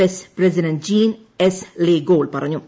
S president Jean എസ് Le Gall പറഞ്ഞു